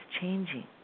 changing